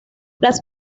las